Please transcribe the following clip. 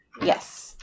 Yes